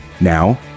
Now